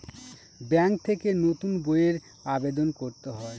bank থেকে নতুন বইয়ের আবেদন করতে হয়